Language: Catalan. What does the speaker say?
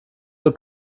del